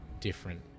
different